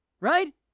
right